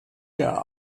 der